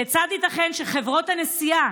כיצד ייתכן שחברות הנסיעה